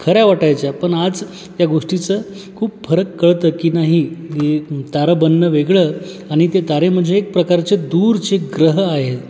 खऱ्या वाटायच्या पण आज त्या गोष्टीचं खूप फरक कळतं की नाही तारा बनणं वेगळं आणि ते तारे म्हणजे एक प्रकारचे दूरचे ग्रह आहेत